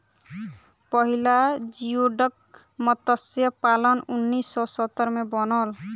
पहिला जियोडक मतस्य पालन उन्नीस सौ सत्तर में बनल